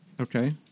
Okay